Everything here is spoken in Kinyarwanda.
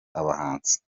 abahanzi